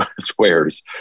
squares